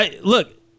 look